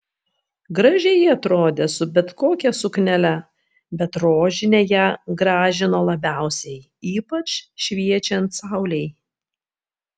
gražiai ji atrodė su bet kokia suknele bet rožinė ją gražino labiausiai ypač šviečiant saulei